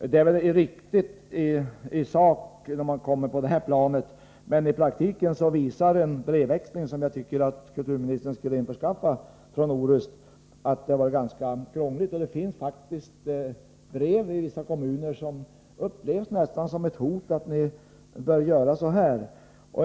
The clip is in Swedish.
Det är riktigt i sak, när man kommer på det här planet, menii praktiken visar en brevväxling, som jag tycker att kulturministern skall infordra från Orust, att det varit ganska krångligt. Det finns även hos andra kommuner brev som nästan upplevs som ett hot och som går ut på att kommunerna bör göra på ett visst sätt.